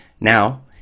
Now